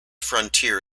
frontier